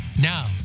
Now